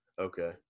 okay